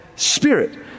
spirit